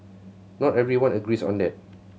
not everyone agrees on that